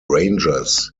rangers